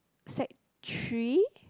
Sec Three